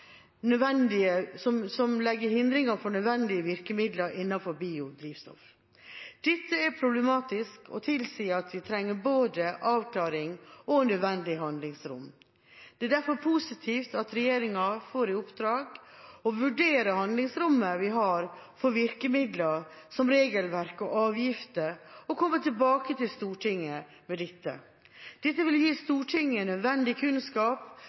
for nødvendige virkemidler innenfor biodrivstoff. Dette er problematisk og tilsier at vi trenger både avklaringer og nødvendig handlingsrom. Det er derfor positivt at regjeringa får i oppdrag å vurdere handlingsrommet vi har for virkemidler, som regelverk og avgifter, og komme tilbake til Stortinget med dette. Dette vil gi Stortinget nødvendig kunnskap